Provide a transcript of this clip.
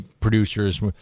producers